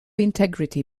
integrity